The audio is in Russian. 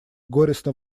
горестно